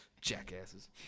Jackasses